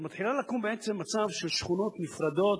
אבל מתחיל לקום בעצם מצב של שכונות נפרדות,